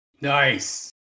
Nice